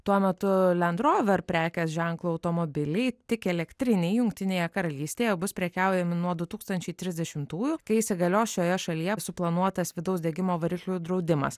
tuo metu lend rover prekės ženklo automobiliai tik elektriniai jungtinėje karalystėje bus prekiaujama nuo du tūkstančiai trisdešimtųjų kai įsigalios šioje šalyje suplanuotas vidaus degimo variklių draudimas